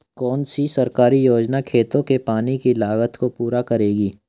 कौन सी सरकारी योजना खेतों के पानी की लागत को पूरा करेगी?